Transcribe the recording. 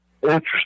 Interesting